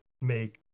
make